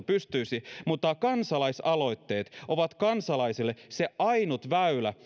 pystyisi mutta kansalaisaloitteet ovat kansalaisille se ainut väylä